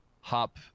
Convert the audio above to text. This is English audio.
hop